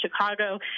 Chicago